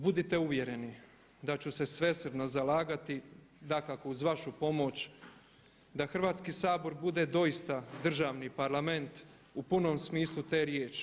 Budite uvjereni da ću se svesrdno zalagati dakako uz vašu pomoć, da Hrvatski sabor bude doista državni Parlament u punom smislu te riječi.